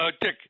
Dick